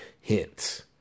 hints